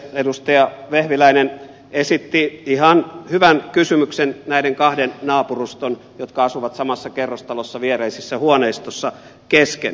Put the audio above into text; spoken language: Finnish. edustaja vehviläinen esitti ihan hyvän kysymyksen näistä kahdesta naapurustosta jotka asuvat samassa kerrostalossa viereisissä huoneistoissa